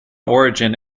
origin